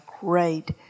great